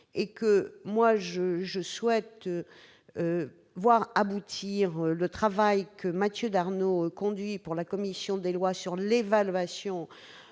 et demi. Je souhaite voir aboutir le travail que Mathieu Darnaud conduit, au nom de la commission des lois, sur l'évaluation